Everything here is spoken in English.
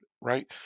right